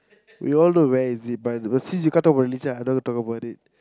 we all know where is it but but since you can't talk about religion I don't want to talk about it